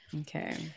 Okay